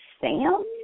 Sam